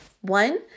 One